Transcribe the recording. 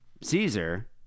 Caesar